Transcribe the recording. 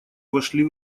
вошли